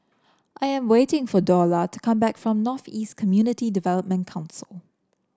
I am waiting for Dorla to come back from North East Community Development Council